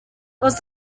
was